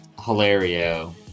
hilario